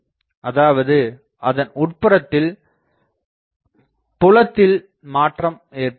அதாவது அதன் உட்புறத்தில் புலத்தில் மாற்றம் ஏற்படுகிறது